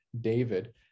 David